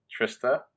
Trista